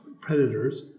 Predators